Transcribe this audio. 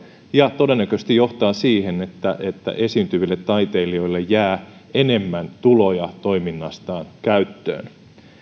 ja todennäköisesti johtaa siihen että että esiintyville taiteilijoille jää enemmän tuloja toiminnastaan käyttöön